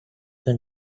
can